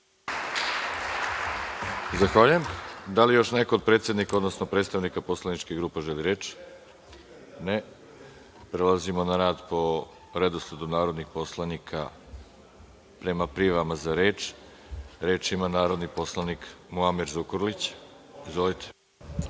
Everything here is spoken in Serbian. Zahvaljujem. Da li još neko od predsednika, odnosno predstavnika poslaničkih grupa želi reč? (Ne)Prelazimo na rad po redosledu narodnih poslanika prema prijavama za reč. Reč ima narodni poslanik Muamer Zukorlić. Izvolite.